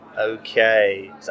Okay